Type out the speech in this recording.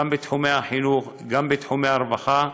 גם בתחומי החינוך, גם בתחומי הרווחה,